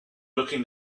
looking